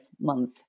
month